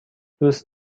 دوست